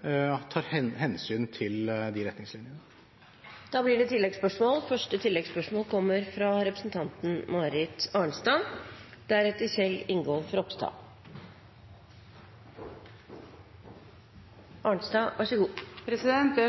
tar hensyn til de retningslinjene. Det blir oppfølgingsspørsmål – først Marit Arnstad. Det er